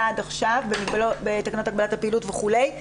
עד עכשיו בתקנות הגבלת הפעילות וכולי.